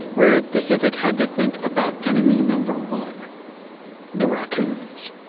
rehrig pacific had to think about enemy number one the raccoons.